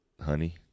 honey